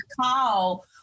call